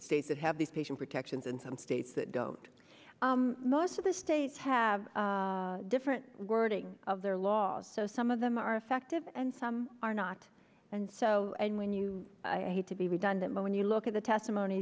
states that have these patient protections and some states that don't most of the states have different wording of their laws so some of them are effective and some are not and so and when you need to be redundant but when you look at the testimony